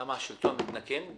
למה, השלטון מתנקם?